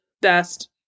best